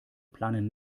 planen